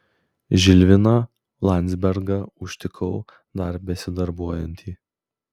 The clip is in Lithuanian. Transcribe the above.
žilviną landzbergą užtikau dar besidarbuojantį